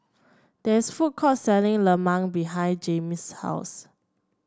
there is food court selling lemang behind Jaime's house